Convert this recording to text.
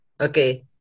Okay